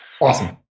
Awesome